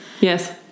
Yes